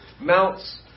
Mounts